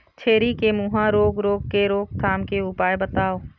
छेरी के मुहा रोग रोग के रोकथाम के उपाय बताव?